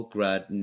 Grad